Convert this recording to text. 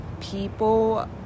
people